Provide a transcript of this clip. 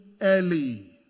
early